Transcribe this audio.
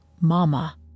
Mama